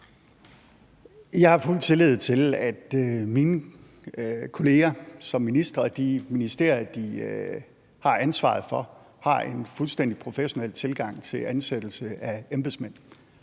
Jeg har fuld tillid til, at mine kollegaer som ministre og de ministerier, de har ansvaret for, har en fuldstændig professionel tilgang til ansættelse af embedsmænd.